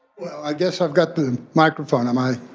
well, i guess i've got the microphone, am i?